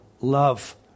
love